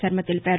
శర్మ తెలిపారు